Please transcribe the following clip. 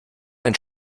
ein